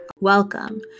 Welcome